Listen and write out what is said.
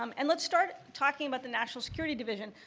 um and let's start talking about the national security division.